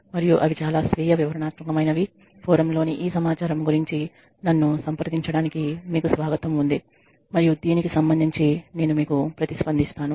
మరియు అవి చాలా స్వీయ వివరణాత్మకమైనవి ఫోరమ్sలోని ఈ సమాచారం గురించి నన్ను సంప్రదించడానికి మీకు స్వాగతం ఉంది మరియు దీనికి సంబంధించి నేను మీకు ప్రతిస్పందిస్తాను